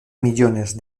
millones